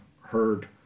heard